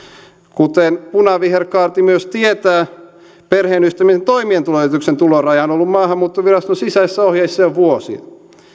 kuten punaviherkaarti myös tietää perheenyhdistämisen toimeentulorajoituksen tuloraja on on ollut maahanmuuttoviraston sisäisissä ohjeissa jo vuosia